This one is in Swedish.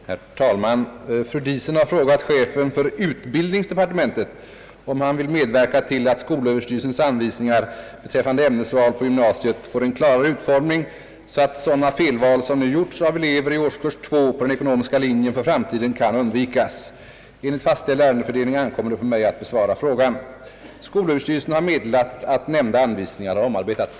Herr talman! Fru Diesen har frågat chefen för utbildningsdepartementet om han vill medverka till att skolöverstyrelsens anvisningar beträffande ämnesval på gymnasiet får en klarare utformning så att sådana felval som nu gjorts av elever i årskurs två på den ekonomiska linjen för framtiden kan undvikas. Enligt fastställd ärendefördelning ankommer det på mig att bhesvara frågan. Skolöverstyrelsen har meddelat att nämnda anvisningar har omarbetats.